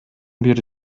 бир